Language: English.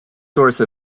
source